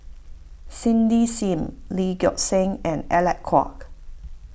Cindy Sim Lee Gek Seng and Alec Kuok